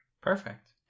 perfect